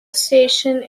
stations